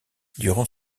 durant